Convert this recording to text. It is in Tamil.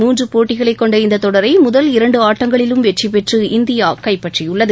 மூன்று போட்டிகளை கொண்ட இந்த தொடரை முதல் இரண்டு ஆட்டங்களிலும் வெற்றிபெற்று இந்தியா கைப்பற்றியுள்ளது